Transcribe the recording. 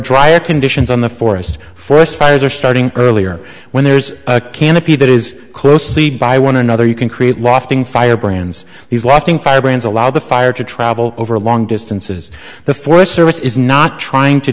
drier conditions on the forest forest fires are starting earlier when there's a canopy that is closely by one another you can create wafting firebrands he's watching firebrands allow the fire to travel over long distances the forest service is not trying to